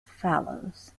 follows